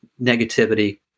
negativity